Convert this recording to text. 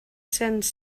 cents